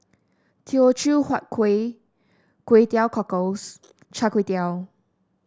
Teochew Huat Kuih Kway Teow Cockles Char Kway Teow